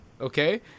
okay